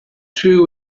two